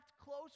close